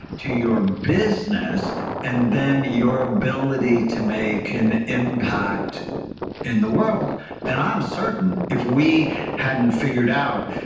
to your business and then your ability to make an impact in the world and i'm certain if we hadn't figured out